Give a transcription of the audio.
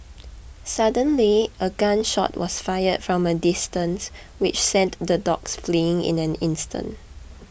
suddenly a gun shot was fired from a distance which sent the dogs fleeing in an instant